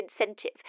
incentive